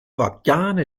organe